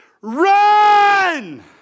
Run